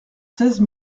seize